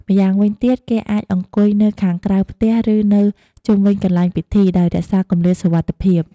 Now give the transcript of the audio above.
ម្យ៉ាងវិញទៀត គេអាចអង្គុយនៅខាងក្រៅផ្ទះ ឬនៅជុំវិញកន្លែងពិធី ដោយរក្សាគម្លាតសុវត្ថិភាព។